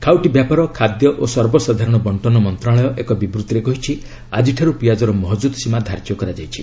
ଖାଉଟି ବ୍ୟାପାର ଖାଦ୍ୟ ଓ ସର୍ବସାଧାରଣ ବଣ୍ଟନ ମନ୍ତ୍ରଣାଳୟ ଏକ ବିବୃତ୍ତିରେ କହିଛି ଆଜିଠାରୁ ପିଆଜ ମହଜୁଦ୍ ସୀମା ଧାର୍ଯ୍ୟ କରାଯାଇଛି